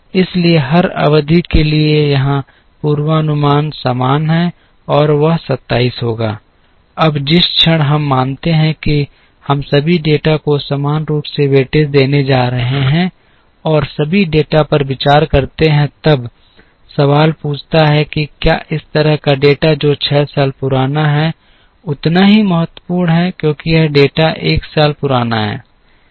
इसलिए हर अवधि के लिए यहां पूर्वानुमान समान है और वह 27 होगा अब जिस क्षण हम मानते हैं कि हम सभी डेटा को समान रूप से वेटेज देने जा रहे हैं और सभी डेटा पर विचार करते हैं तब सवाल पूछता है कि क्या इस तरह का डेटा जो 6 साल पुराना है उतना ही महत्वपूर्ण है क्योंकि यह डेटा 1 साल पुराना है